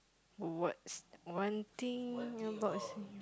what's one thing about thing